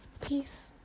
peace